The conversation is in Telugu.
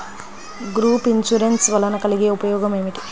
గ్రూప్ ఇన్సూరెన్స్ వలన కలిగే ఉపయోగమేమిటీ?